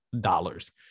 dollars